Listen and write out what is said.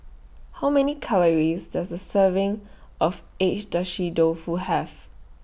How Many Calories Does A Serving of Agedashi Dofu Have